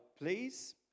please